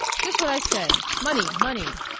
just what i said. money! money!